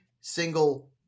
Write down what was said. single